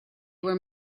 were